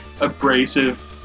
abrasive